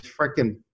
freaking